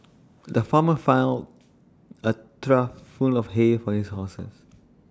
the farmer filled A trough full of hay for his horses